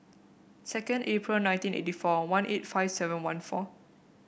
second April nineteen eighty four one eight five seven one four